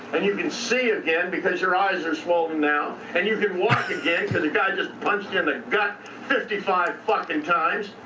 and you can see again, because your eyes are swollen now and you can walk again. cause the guy just punched you in the gut fifty five fucking times.